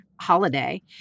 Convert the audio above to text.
holiday